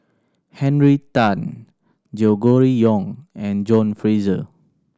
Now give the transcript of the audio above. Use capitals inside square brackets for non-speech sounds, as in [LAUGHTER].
Henry Tan [UNINTELLIGIBLE] Yong and John Fraser